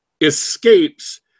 escapes